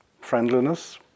friendliness